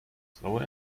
slower